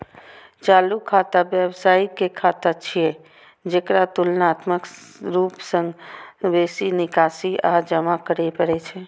चालू खाता व्यवसायी के खाता छियै, जेकरा तुलनात्मक रूप सं बेसी निकासी आ जमा करै पड़ै छै